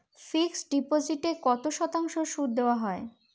Fixed ডিপোজিটে কত শতাংশ সুদ দেওয়া হয়?